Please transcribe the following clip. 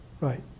Right